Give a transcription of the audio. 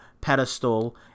pedestal